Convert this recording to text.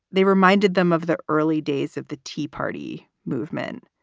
they reminded them of the early days of the tea party movement.